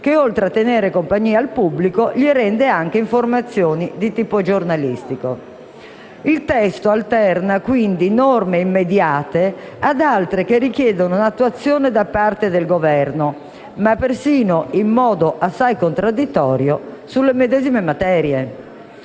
che, oltre a tenere compagnia al pubblico, gli rende anche informazioni di tipo giornalistico. Il testo alterna quindi norme immediate ad altre che richiedono un'attuazione da parte del Governo ma persino, in modo assai contraddittorio, sulle medesime materie.